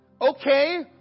Okay